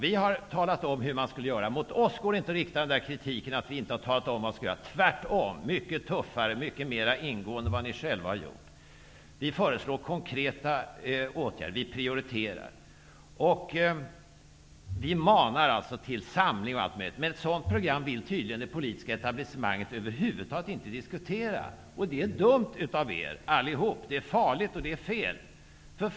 Vi har talat om hur man skulle kunna göra. Mot oss går det inte att rikta kritiken att vi inte har talat om hur man skulle kunna göra. Vi har tvärtom talat om det mycket tuffare och mer ingående än vad ni själva har gjort. Vi föreslår konkreta åtgärder och prioriterar. Vi manar till samling. Men ett sådant program vill tydligen det politiska etablissemanget över huvud taget inte diskutera. Det är dumt av er allihop. Det är farligt, och det är fel.